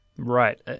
Right